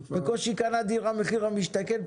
בקושי קנה דירה במחיר למשתכן,